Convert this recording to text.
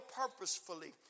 purposefully